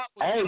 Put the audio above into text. Hey